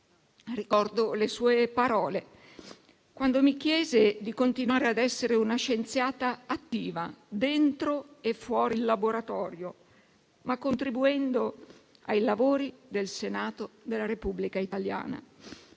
Ricordo le sue parole, quando mi chiese di continuare a essere una scienziata attiva, dentro e fuori il laboratorio, ma contribuendo ai lavori del Senato della Repubblica italiana.